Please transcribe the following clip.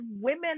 women